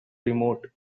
remote